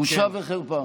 בושה וחרפה.